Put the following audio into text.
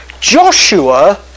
Joshua